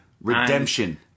Redemption